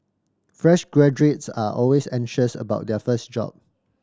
fresh graduates are always anxious about their first job